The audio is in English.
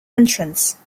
entrance